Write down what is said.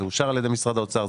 זה אושר על ידי משרד האוצר,